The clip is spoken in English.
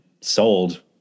sold